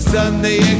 Sunday